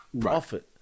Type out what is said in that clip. profit